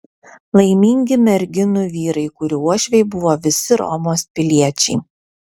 laimingi merginų vyrai kurių uošviai buvo visi romos piliečiai